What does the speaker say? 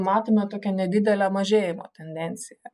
matome tokią nedidelę mažėjimo tendenciją